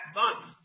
month